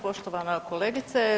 Poštovana kolegice.